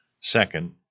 Second